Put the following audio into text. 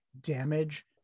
damage